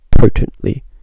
potently